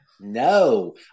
No